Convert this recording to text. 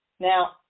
Now